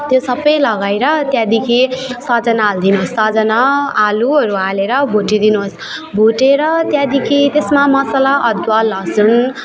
त्यो सबै लगाएर त्यहाँदेखि सजाना हाल्दिनुहोस् सजाना आलुहरू हालेर भुटिदिनुहोस् भुटेर त्यहाँदेखि त्यसमा मसाला अदुवा लसुन